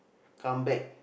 come back